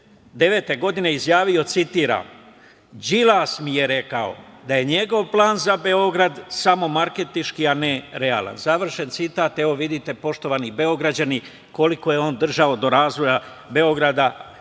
2009. godine izjavio: „Đilas mi je rekao da je njegov plan za Beograd samo marketinški a ne realan“, evo vidite poštovani Beograđani koliko je on držao do razvoja Beograda,